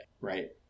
right